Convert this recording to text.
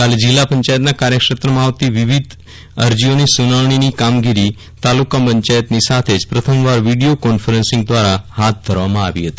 ગઇકાલે જીલ્લા પંચાયતના કાર્યક્ષેત્રમાં આવતી વિવિધ અરજીઓની સુનાવણીની કામગીરી તાલુકા પંચાયતની સાથે પ્રથમવાર વીડિયો કોન્ફરન્સ દ્વારા હાથ ધરવામાં આવી હતી